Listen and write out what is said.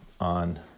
on